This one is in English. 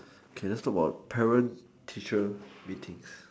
okay let's talk about parent teacher meetings